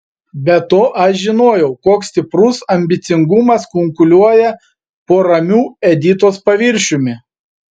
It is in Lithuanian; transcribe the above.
be to aš žinojau koks stiprus ambicingumas kunkuliuoja po ramiu editos paviršiumi